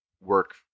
work